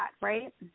right